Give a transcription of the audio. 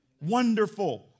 Wonderful